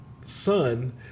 son